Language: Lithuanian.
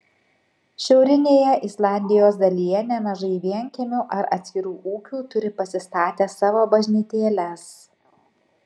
šiaurinėje islandijos dalyje nemažai vienkiemių ar atskirų ūkių turi pasistatę savo bažnytėles